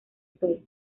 sol